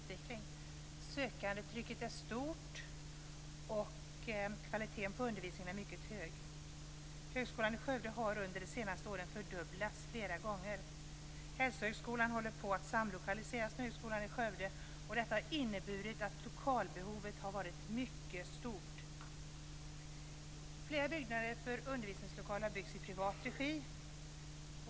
Sökandetrycket är stort, och kvaliteten på undervisningen är mycket hög. Högskolan i Skövde har under de senaste åren fördubblats i omfattning flera gånger om. Hälsohögskolan håller på att samlokaliseras med Högskolan i Skövde, och detta har inneburit att lokalbehovet är stort. Flera byggnader med undervisningslokaler har byggts i privat regi.